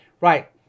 Right